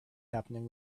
happening